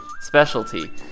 specialty